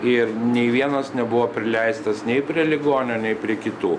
ir nei vienas nebuvo prileistas nei prie ligonio nei prie kitų